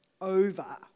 over